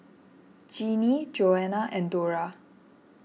Jeanie Joanna and Dora